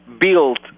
build